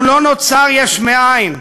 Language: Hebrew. ולא נוצר יש מאין.